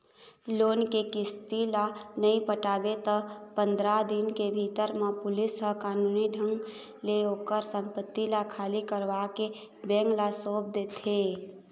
loan के किस्ती ल नइ पटाबे त पंदरा दिन के भीतर म पुलिस ह कानूनी ढंग ले ओखर संपत्ति ल खाली करवाके बेंक ल सौंप देथे